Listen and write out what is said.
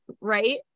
right